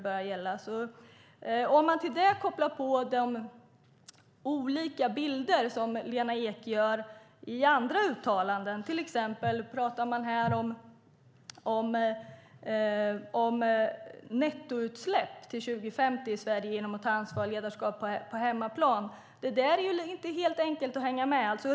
Till det kan kopplas de olika bilder som Lena Ek ger i andra uttalanden. Till exempel talas det om nettoutsläpp till 2050 genom att ta ansvar och visa ledarskap på hemmaplan. Det är inte helt enkelt att hänga med i detta.